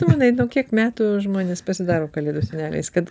tu manai kiek metų žmonės pasidaro kalėdų seneliais kad